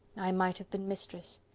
i might have been mistress!